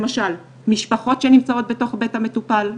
למשל, משפחות שנמצאות בתוך בית המטופל,